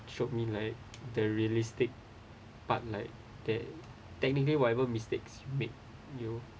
showed me like the realistic part like that technically whatever mistakes you made you